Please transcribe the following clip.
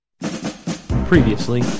Previously